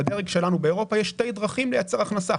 בדרג שלנו באירופה יש שתי דרכים לייצר הכנסה.